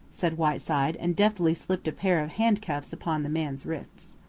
said whiteside, and deftly slipped a pair of handcuffs upon the man's wrists.